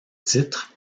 titre